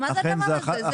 מה זה הדבר הזה?